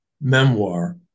memoir